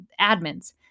admins